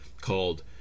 called